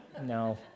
no